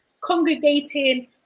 congregating